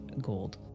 gold